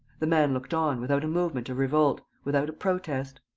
the man looked on, without a movement of revolt, without a protest.